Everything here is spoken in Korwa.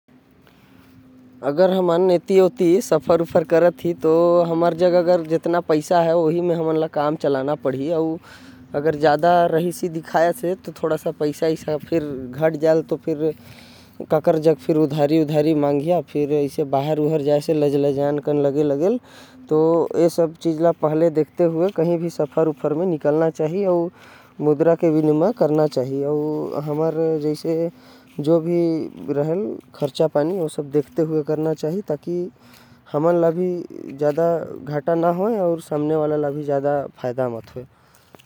सफर म अगर बाहर जात ही तो जितना पैसा है। हमर पास ओतने से काम चलाना चाही। अगर ज्यादा रहीसी दिखाब तो पैसा खर्चा होही अउ। फिर ओकर बर उधारी मांगना पड़ही। ओकर से अच्छा है कि इंसान अगर घूमे जात हवे। तो कम से कम पैसा खर्च करे जेकर से ओकर। मुद्रा भी विनिमय तरीका से खर्च होही।